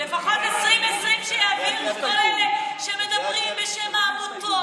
שלפחות את 2020 יעבירו כל אלה שמדברים בשם העמותות